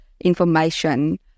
information